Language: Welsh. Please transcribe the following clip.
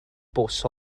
bws